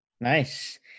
Nice